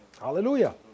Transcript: Hallelujah